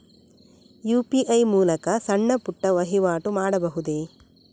UPI ಮೂಲಕ ಸಣ್ಣ ಪುಟ್ಟ ವಹಿವಾಟು ಮಾಡಬಹುದೇ?